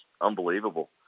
unbelievable